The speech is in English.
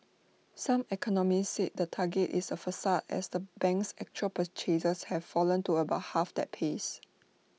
some economists said the target is A facade as the bank's actual purchases have fallen to about half that pace